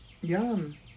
Yum